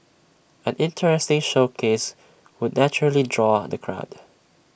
an interesting showcase would naturally draw the crowd